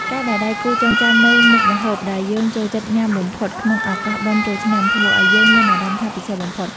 ការដែលដៃគូចងចាំនូវមុខម្ហូបដែលយើងចូលចិត្តញ៉ាំបំផុតក្នុងឱកាសបុណ្យចូលឆ្នាំ ធ្វើឱ្យយើងមានអារម្មណ៍ថាពិសេសបំផុត។